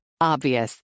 Obvious